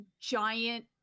giant